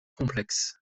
complexe